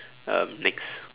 um next